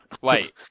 Wait